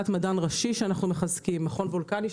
אנחנו מחזקים את המכון הוולקני,